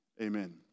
amen